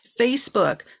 Facebook